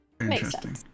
Interesting